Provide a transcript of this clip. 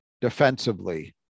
defensively